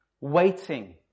waiting